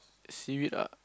seaweed ah